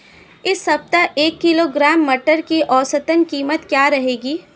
इस सप्ताह एक किलोग्राम मटर की औसतन कीमत क्या रहेगी?